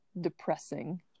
depressing